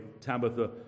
Tabitha